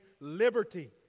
liberty